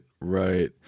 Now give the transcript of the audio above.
right